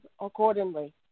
accordingly